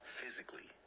physically